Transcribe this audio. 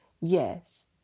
yes